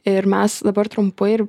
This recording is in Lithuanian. ir mes dabar trumpai ir